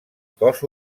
cos